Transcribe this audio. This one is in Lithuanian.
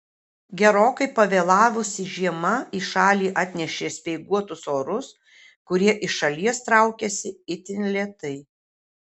gerokai pavėlavusi žiema į šalį atnešė speiguotus orus kurie iš šalies traukiasi itin lėtai